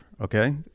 Okay